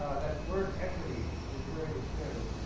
that word equity, referring to shares,